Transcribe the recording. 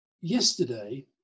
yesterday